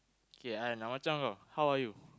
K I na macam bro how are you